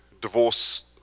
divorce